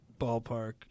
ballpark